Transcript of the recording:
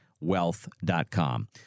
Wealth.com